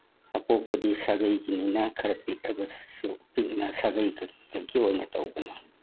ꯑꯄꯣꯛꯄꯗꯤ ꯁꯥꯒꯩꯒꯤꯅꯤꯅ ꯈꯔ ꯄꯤꯛꯑꯕꯁꯨ ꯄꯤꯛꯅ ꯁꯥꯒꯩ ꯈꯛꯇꯒꯤ ꯑꯣꯏꯅ ꯇꯧꯕꯅꯤ